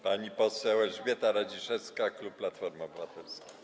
Pani poseł Elżbieta Radziszewska, klub Platforma Obywatelska.